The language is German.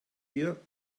ihr